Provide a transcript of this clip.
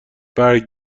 برگ